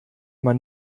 man